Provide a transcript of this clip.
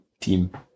team